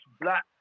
black